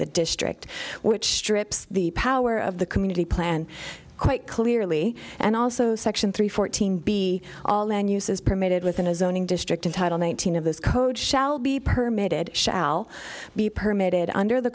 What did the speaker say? the district which strips the power of the community plan quite clearly and also section three fourteen be all and use is permitted within a zoning district in title nineteen of those codes shall be permitted shall be permitted under the